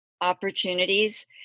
opportunities